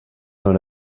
dans